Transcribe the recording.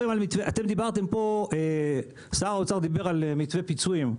אתם דיברתם פה, שר האוצר דיבר על פיצויים.